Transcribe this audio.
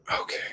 okay